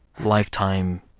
lifetime